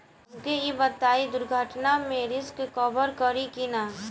हमके ई बताईं दुर्घटना में रिस्क कभर करी कि ना?